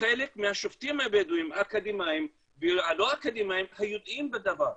חלק מהשופטים הבדואים שיודעים בדבר.